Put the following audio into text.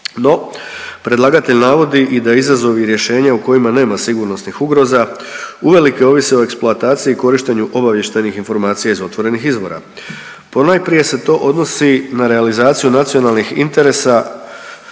No, predlagatelj navodi i da izazovi i rješenja u kojima nema sigurnosnih ugroza uvelike ovise o eksploataciji i korištenju obavještajnih informacija iz otvorenih izvora. Ponajprije se to odnosi na realizaciju nacionalnih interesa